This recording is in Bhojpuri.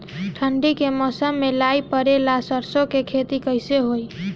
ठंडी के मौसम में लाई पड़े ला सरसो के खेती कइसे होई?